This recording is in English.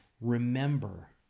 remember